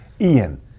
Ian